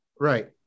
Right